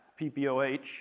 PPOH